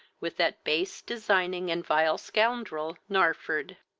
with that base, designing, and vile scoundrel, narford.